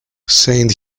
saint